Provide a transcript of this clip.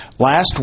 Last